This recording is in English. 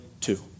two